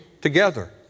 together